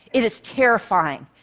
it is terrifying.